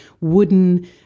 wooden